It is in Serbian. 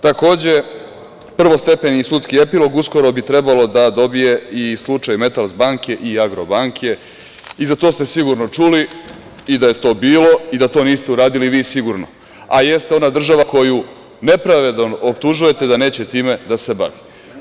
Takođe, prvostepeni sudski epilog, uskoro bi trebalo da dobije i slučaj „Metals banke“ i „Agrobanke“ i za to ste sigurno čuli i da je to bilo i da to niste uradili vi, sigurno, a jeste ona država koju nepravedno optužujete da neće sa time da se bavi.